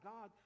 God